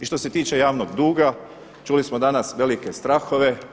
I što se tiče javnog duga, čuli smo danas velike strahove.